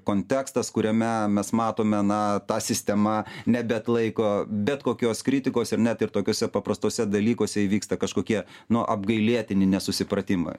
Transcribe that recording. kontekstas kuriame mes matome na ta sistema nebeatlaiko bet kokios kritikos ir net ir tokiuose paprastuose dalykuose įvyksta kažkokie nu apgailėtini nesusipratimai